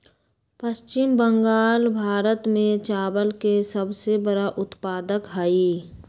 पश्चिम बंगाल भारत में चावल के सबसे बड़ा उत्पादक हई